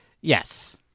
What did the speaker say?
yes